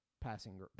passing –